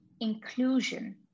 inclusion